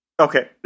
Okay